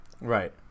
Right